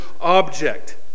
object